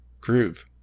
Groove